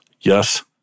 Yes